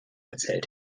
erzählt